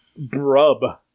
Brub